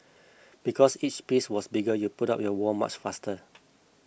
because each piece was bigger you put up your wall much faster